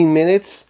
minutes